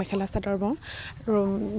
মেখেলা চাদৰ বওঁ আৰু